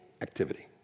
activity